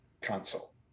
console